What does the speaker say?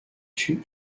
tue